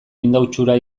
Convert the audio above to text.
indautxura